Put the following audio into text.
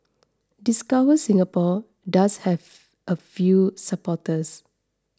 discover Singapore does have a few supporters